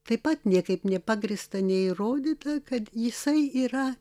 taip pat niekaip nepagrįsta neįrodyta kad jisai yra